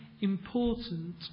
important